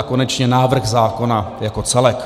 A konečně návrh zákona jako celek.